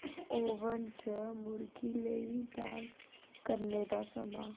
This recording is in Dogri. ओवन च मुर्गी लेई बैक करने दा समां